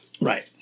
Right